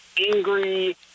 angry